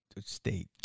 state